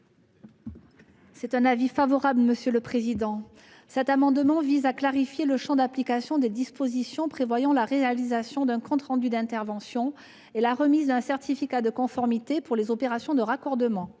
est l'avis de la commission ? Cet amendement vise à clarifier le champ d'application des dispositions prévoyant la réalisation d'un compte rendu d'intervention et la remise d'un certificat de conformité pour les opérations de raccordement.